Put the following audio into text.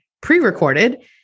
pre-recorded